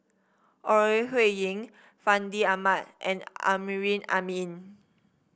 Ore Huiying Fandi Ahmad and Amrin Amin